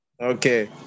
Okay